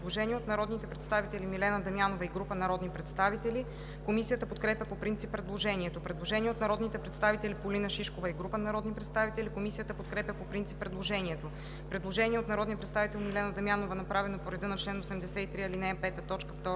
Предложение от народните представители Милена Дамянова и група народни представители. Комисията подкрепя по принцип предложението. Предложение от народните представители Полина Шишкова и група народни представители. Комисията подкрепя по принцип предложението. Предложение от народния представител Милена Дамянова, направено по реда на чл. 83, ал.